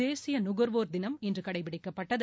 தேசிய நுகர்வோர் தினம் இன்று கடைப்பிடிக்கப்பட்டது